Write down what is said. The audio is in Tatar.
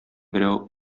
берәү